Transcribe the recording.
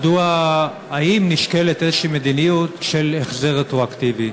האם נשקלת מדיניות כלשהי של החזר רטרואקטיבי?